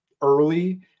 early